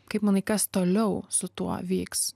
kaip manai kas toliau su tuo vyks